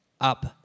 up